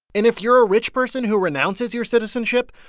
and if you're a rich person who renounces your citizenship,